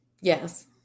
Yes